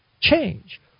change